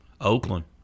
Oakland